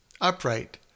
upright